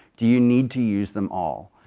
do you need to use them all?